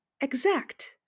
exact